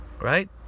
right